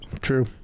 True